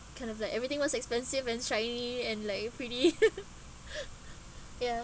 kind of like everything was expensive and shiny and like pretty ya